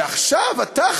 ועכשיו אתה,